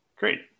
Great